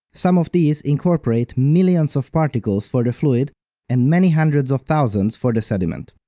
some of these incorporate millions of particles for the fluid and many hundreds of thousands for the sediment.